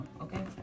okay